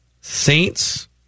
Saints